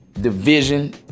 division